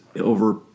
over